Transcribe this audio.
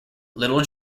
little